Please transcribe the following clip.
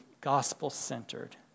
gospel-centered